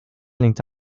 linked